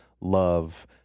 love